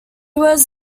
was